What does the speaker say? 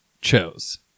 chose